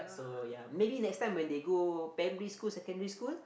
so yea maybe next time when they go primary school secondary school